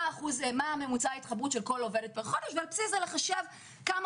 מה ממוצע ההתחברות של כל עובד בחודש ועל בסיס זה לחשב כמה